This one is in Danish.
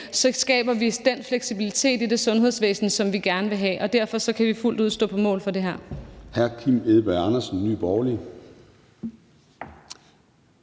skaber vi den fleksibilitet i sundhedsvæsenet, som vi gerne vil have, og derfor kan vi fuldt ud stå på mål for det her.